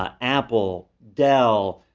ah apple, dell,